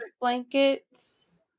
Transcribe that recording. Blankets